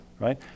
right